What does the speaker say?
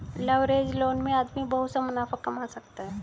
leveraged loan में आदमी बहुत सा मुनाफा कमा सकता है